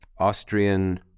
Austrian